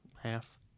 half